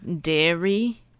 dairy